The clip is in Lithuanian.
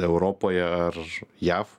europoje ar jav